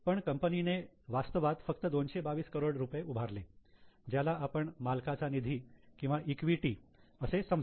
पण कंपनीने वास्तवात फक्त 222 करोड रुपये उभारले ज्याला आपण मालकाचा निधी किंवा इक्विटी असे समजू